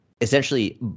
essentially